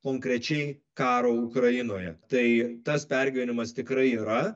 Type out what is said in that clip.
konkrečiai karo ukrainoje tai tas pergyvenimas tikrai yra